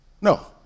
No